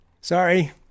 Sorry